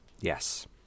Yes